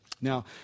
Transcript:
Now